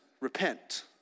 repent